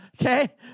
Okay